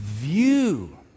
View